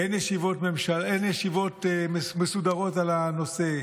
אין ישיבות מסודרות על הנושא,